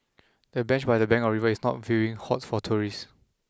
the bench by the bank of the river is a viewing hot for tourists